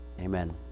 Amen